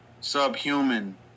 subhuman